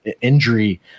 injury